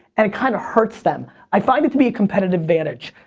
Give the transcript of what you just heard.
and it kind of hurts them. i find it to be a competitive advantage.